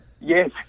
Yes